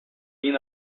been